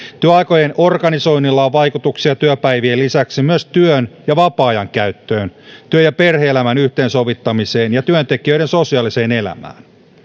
työaikojen organisoinnilla on vaikutuksia työpäivien lisäksi myös työn ja vapaa ajan käyttöön työ ja perhe elämän yhteensovittamiseen ja työntekijöiden sosiaaliseen elämään